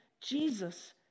Jesus